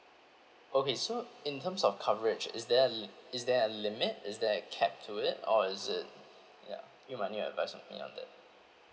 okay so in terms of coverage is there a l~ is there a limit is there a cap to it or is it ya you might need to advise on me on that